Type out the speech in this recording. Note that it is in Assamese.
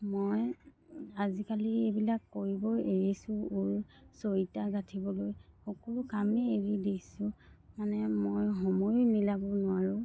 মই আজিকালি এইবিলাক কৰিবই এৰিছোঁ ঊল চৈতা গাঁঠিবলৈ সকলো কামেই এৰি দিছোঁ মানে মই সময়ো মিলাব নোৱাৰোঁ